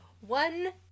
one